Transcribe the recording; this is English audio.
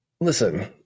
listen –